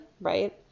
right